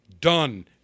Done